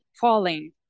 falling